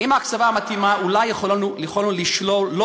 עם ההקצבה המתאימה אולי יכולנו לשלול לא